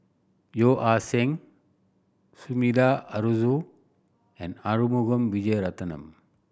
Yeo Ah Seng Sumida Haruzo and Arumugam Vijiaratnam